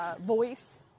voice